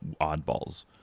oddballs